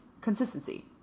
consistency